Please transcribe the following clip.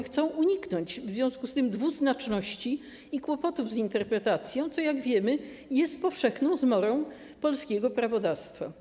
Chcą uniknąć w związku z tym dwuznaczności i kłopotów z interpretacją, co jak wiemy, jest powszechną zmorą polskiego prawodawstwa.